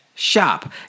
shop